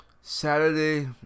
Saturday